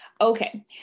okay